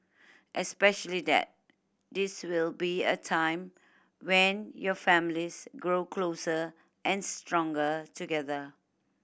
especially that this will be a time when your families grow closer and stronger together